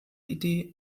idee